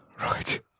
Right